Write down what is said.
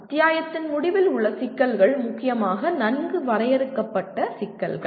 அத்தியாயத்தின் முடிவில் உள்ள சிக்கல்கள் முக்கியமாக நன்கு வரையறுக்கப்பட்ட சிக்கல்கள்